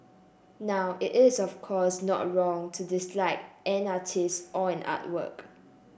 now it is of course not wrong to dislike an artist or an artwork